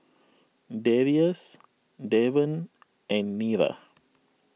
Darrius Davon and Nira